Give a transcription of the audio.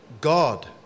God